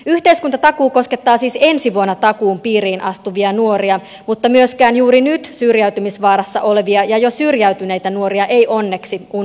yhteiskuntatakuu koskettaa siis ensi vuonna takuun piiriin astuvia nuoria mutta myöskään juuri nyt syrjäytymisvaarassa olevia tai jo syrjäytyneitä nuoria ei onneksi unohdeta